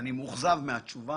אני מאוכזב מהתשובה,